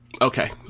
Okay